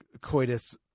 coitus